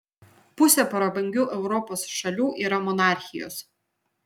pusė prabangių europos šalių yra monarchijos